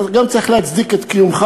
אתה גם צריך להצדיק את קיומך.